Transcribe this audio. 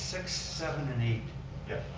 six, seven, and eight. yeah